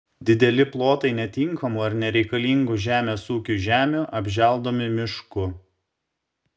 dideli plotai netinkamų ar nereikalingų žemės ūkiui žemių apželdomi mišku